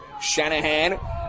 Shanahan